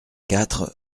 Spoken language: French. quatre